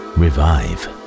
revive